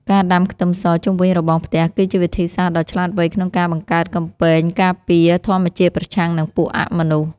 ការដាំខ្ទឹមសជុំវិញរបងផ្ទះគឺជាវិធីសាស្ត្រដ៏ឆ្លាតវៃក្នុងការបង្កើតកំពែងការពារធម្មជាតិប្រឆាំងនឹងពួកអមនុស្ស។